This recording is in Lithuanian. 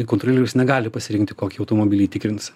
kontrolierius negali pasirinkti kokį automobilį tikrins